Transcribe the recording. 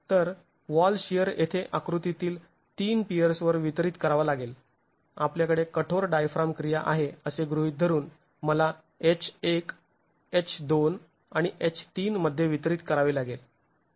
तर wall shear येथे आकृतीतील 3 पियर्सवर वितरित करावा लागेल आपल्याकडे कठोर डायफ्राम क्रिया आहे असे गृहीत धरून मला H१ H२ आणि H३ मध्ये वितरित करावे लागेल